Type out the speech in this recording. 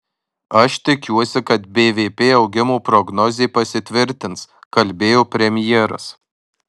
aš tikiuosi kad bvp augimo prognozė pasitvirtins kalbėjo premjeras